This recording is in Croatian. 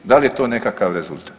Da li je to nekakav rezultat?